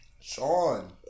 Sean